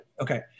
Okay